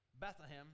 Bethlehem